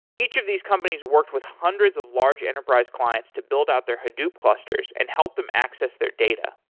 each of these companies worked with hundreds of large enterprise clients to build out their haddop clusters and help them access their data.